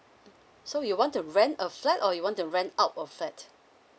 so you want to rent a flat or you want to rent out a flat